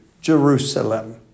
Jerusalem